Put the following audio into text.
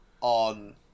on